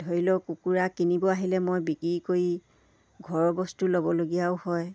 ধৰি লওক কুকুৰা কিনিব আহিলে মই বিক্ৰী কৰি ঘৰৰ বস্তু ল'বলগীয়াও হয়